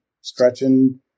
stretching